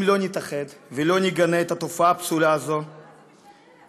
אם לא נתאחד ולא נגנה את התופעה הפסולה הזאת יחד,